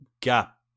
gap